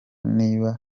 nibiba